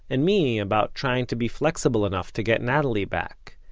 and me about trying to be flexible enough to get natalie back,